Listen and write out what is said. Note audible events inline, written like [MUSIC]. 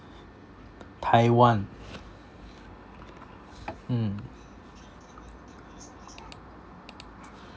taiwan mm [NOISE]